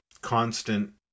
constant